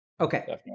Okay